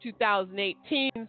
2018